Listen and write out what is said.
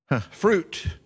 Fruit